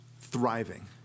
thriving